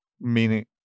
Meaning